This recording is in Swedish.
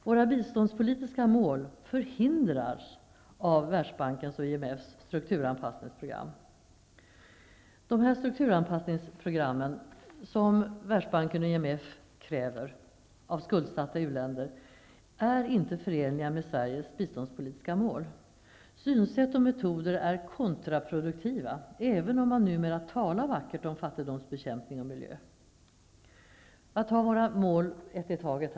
Våra biståndspolitiska mål förhindras av Världsbankens och IMF:s strukturanpassningsprogram. De strukturanpassningsprogram som Världsbanken och IMF kräver av skuldsatta u-länder är inte förenliga med Sveriges biståndspolitiska mål. Synsätt och metoder är kontraproduktiva, även om man numera talar vackert om fattigdomsbekämpning och miljö. Jag vill nämna våra mål ett i taget.